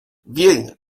bien